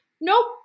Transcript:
nope